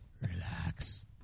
relax